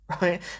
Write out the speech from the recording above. right